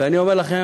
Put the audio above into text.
ואני אומר לכם,